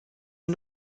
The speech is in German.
mir